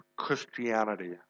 Christianity